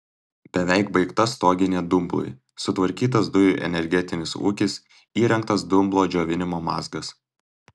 beveik baigta stoginė dumblui sutvarkytas dujų energetinis ūkis įrengtas dumblo džiovinimo mazgas